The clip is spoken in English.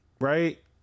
right